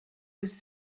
was